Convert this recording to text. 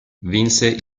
vinse